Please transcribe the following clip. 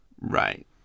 Right